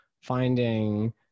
finding